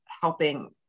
helping